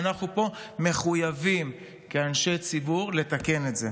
ואנחנו מחויבים פה כאנשי ציבור לתקן את זה.